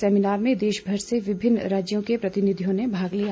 seminar में देशभर से विभिन्न राज्यों के प्रतिनिधियों ने भाग लिया